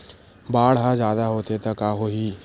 बाढ़ ह जादा होथे त का होही?